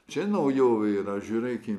čia naujovė yra žiūrėkim